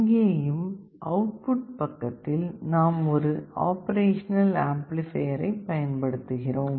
இங்கேயும் அவுட்புட் பக்கத்தில் நாம் ஒரு ஆப்பரேஷனல் ஆம்பிலிபையர் பயன்படுத்துகிறோம்